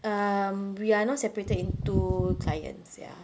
um we are now separated into clients ya